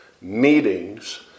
meetings